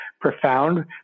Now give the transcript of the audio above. profound